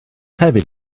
hefyd